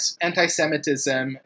anti-Semitism